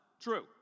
True